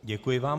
Děkuji vám.